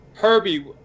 Herbie